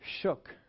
shook